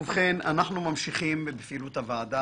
אנחנו ממשיכים בפעילות הוועדה,